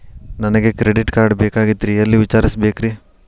ನನಗೆ credit card ಬೇಕಾಗಿತ್ರಿ ಎಲ್ಲಿ ವಿಚಾರಿಸಬೇಕ್ರಿ?